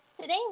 Today